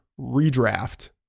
redraft